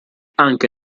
anche